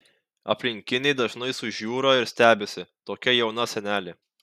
aplinkiniai dažnai sužiūra ir stebisi tokia jauna senelė